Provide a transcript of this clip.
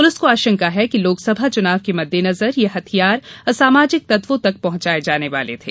police को आशंका है कि लोकसभा चुनाव के मद्देनजर ये हथियार असामाजिक तत्वों तक पहुंचाए जाने वाले थे